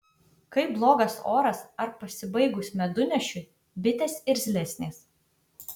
kai blogas oras ar pasibaigus medunešiui bitės irzlesnės